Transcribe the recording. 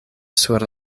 sur